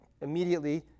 immediately